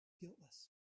guiltless